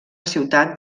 ciutat